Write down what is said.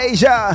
Asia